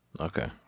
Okay